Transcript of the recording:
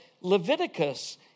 Leviticus